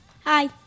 Hi